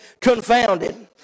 confounded